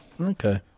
okay